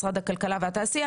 משרד הכלכלה והתעשייה,